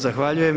Zahvaljujem.